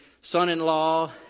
son-in-law